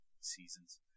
seasons